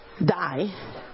die